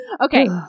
Okay